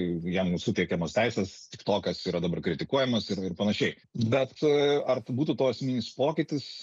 jam suteikiamos teisės tiktokas yra dabar kritikuojamas ir ir panašiai bet ar būtų to esminis pokytis